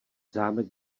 zámek